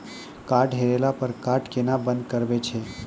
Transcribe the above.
Card हेरैला पर card केना बंद करबै छै?